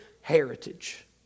heritage